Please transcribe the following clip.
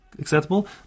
acceptable